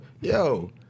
Yo